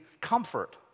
comfort